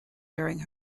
during